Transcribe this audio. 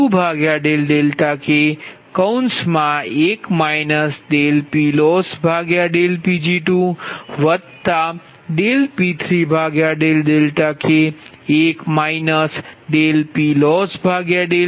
તો આ સમીકરણ 75 એ k 23 n માટે છે